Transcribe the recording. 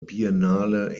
biennale